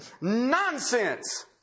nonsense